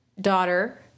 daughter